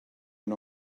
and